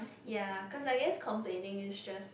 ya because I guess complaining is just